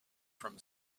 from